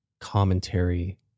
commentary